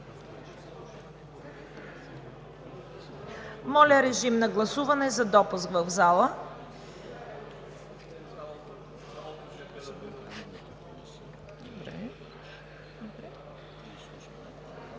Моля, режим на гласуване за допуск в залата.